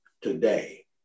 today